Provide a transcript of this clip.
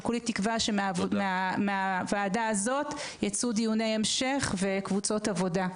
וכולי תקווה שמהוועדה הזאת ייצאו דיוני המשך וקבוצות עבודה.